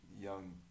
Young